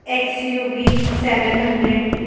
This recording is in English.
XUV seven hundred